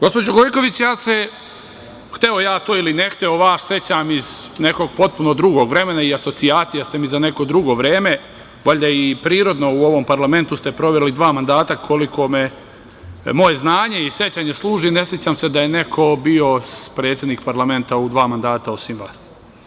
Gospođo Gojković, ja se, hteo ja to ili ne hteo, vas sećam iz nekog potpuno drugog asocijacija, jer ste mi za neko drugo vreme, valjda i prirodno, u ovom parlamentu ste proveli dva mandata, koliko me moje znanje i sećanje služi, ne sećam se da je neko bio predsednik parlamenta u dva mandata osim vas.